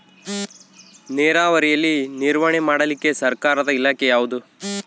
ನೇರಾವರಿಯಲ್ಲಿ ನಿರ್ವಹಣೆ ಮಾಡಲಿಕ್ಕೆ ಸರ್ಕಾರದ ಇಲಾಖೆ ಯಾವುದು?